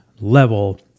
level